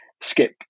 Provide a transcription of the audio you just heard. Skip